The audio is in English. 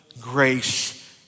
grace